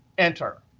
enter.